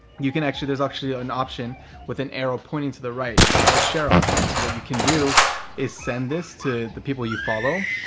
you can actually, there's actually an option with an arrow pointing to the right. that's the share option. so what you can do is send this to the people that you follow,